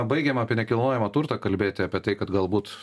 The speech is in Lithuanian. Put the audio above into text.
baigėm apie nekilnojamą turtą kalbėti apie tai kad galbūt